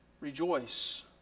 Rejoice